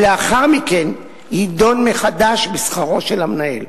ולאחר מכן ידון מחדש בשכרו של המנהל.